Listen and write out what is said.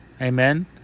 amen